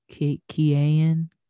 Kian